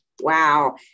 Wow